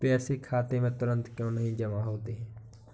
पैसे खाते में तुरंत क्यो नहीं जमा होते हैं?